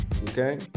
okay